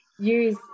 use